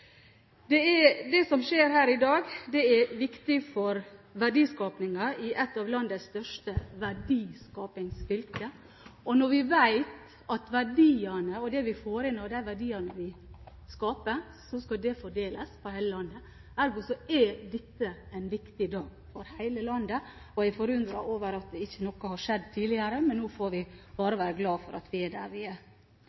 viktigste eksportveier. Det som skjer her i dag, er viktig for verdiskapingen i et av landets største verdiskapingsfylker. Når vi vet at verdiene og det vi får inn av de verdiene vi skaper, skal fordeles på hele landet, ergo er dette en viktig dag for hele landet. Jeg er forundret over at ikke noe har skjedd tidligere, men nå får vi bare